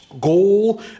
goal